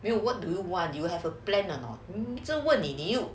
没有 what do want you will have a plan or not 一直问你你又